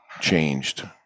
changed